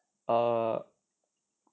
uh